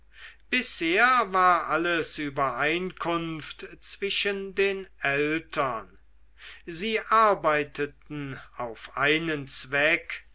bisher war alles übereinkunft zwischen den eltern sie arbeiteten auf einen zweck